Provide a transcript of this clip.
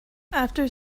after